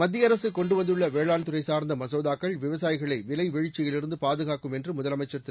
மத்திய அரசு கொண்டுவந்துள்ள வேளாண் துறை சார்ந்த மசோதாக்கள் விவசாயிகளை விலை வீழ்ச்சியிலிருந்து பாதுகாக்கும் என்று முதலமைச்சர் திரு